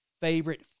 favorite